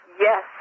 yes